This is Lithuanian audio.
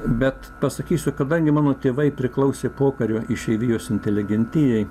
bet pasakysiu kadangi mano tėvai priklausė pokario išeivijos inteligentijai